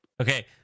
Okay